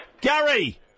Gary